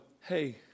hey